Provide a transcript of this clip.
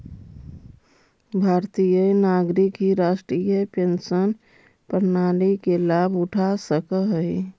भारतीय नागरिक ही राष्ट्रीय पेंशन प्रणाली के लाभ उठा सकऽ हई